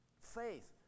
Faith